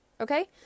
okay